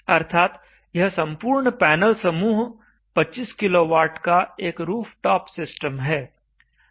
अर्थात यह संपूर्ण पैनल समूह 25 kW का एक रूफटॉप सिस्टम है